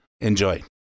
Enjoy